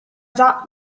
già